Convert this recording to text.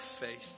faith